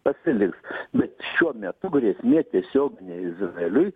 pasiliks bet šiuo metu grėsmė tiesioginė izraeliui